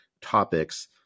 topics